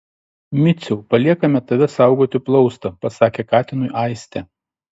miciau paliekame tave saugoti plaustą pasakė katinui aistė